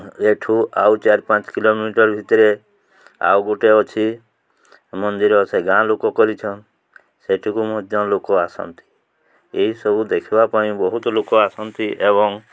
ଏଠୁ ଆଉ ଚାରି ପାଞ୍ଚ କିଲୋମିଟର ଭିତରେ ଆଉ ଗୋଟେ ଅଛି ମନ୍ଦିର ସେ ଗାଁ ଲୋକ କରିଛନ୍ ସେଠୁକୁ ମଧ୍ୟ ଲୋକ ଆସନ୍ତି ଏହିସବୁ ଦେଖିବା ପାଇଁ ବହୁତ ଲୋକ ଆସନ୍ତି ଏବଂ